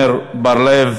חבר הכנסת עמר בר-לב,